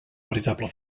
veritable